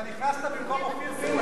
אתה נכנסת במקום אופיר פינס,